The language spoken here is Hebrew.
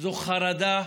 זו חרדה,